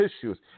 tissues